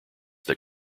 that